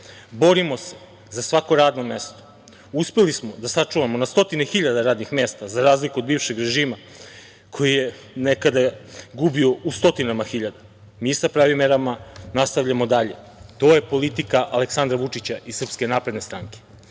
borimo se za svako radno mesto, uspeli smo da sačuvamo na stotine hiljada radnih mesta, za razliku od bivšeg režima koji je nekada gubio u stotinama hiljada. Mi sa pravim merama nastavljamo dalje. To je politika Aleksandra Vučića i Srpske napredne stranke. Takođe,